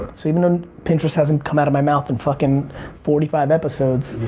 so even and pinterest hasn't come out of my mouth in fucking forty five episodes.